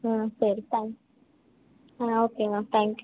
ம் சரி தேங்க்ஸ் ஆ ஓகேங்க தேங்க் யூ